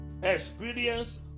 experience